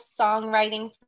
songwriting